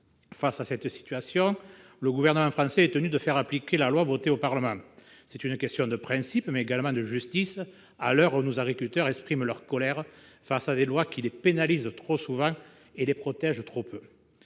Face à cette situation, le Gouvernement français est tenu de faire appliquer la loi votée au Parlement. C’est une question de principe, mais également de justice, à l’heure où nos agriculteurs expriment leur colère face à des lois qui les pénalisent trop souvent et les protègent trop peu.